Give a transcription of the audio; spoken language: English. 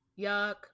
Yuck